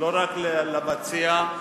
רק למציע,